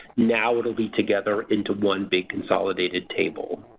now it'll be together into one big consolidated table.